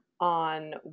on